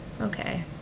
Okay